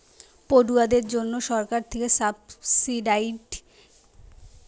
পড়ুয়াদের জন্যে সরকার থিকে সাবসিডাইস্ড লোন দিচ্ছে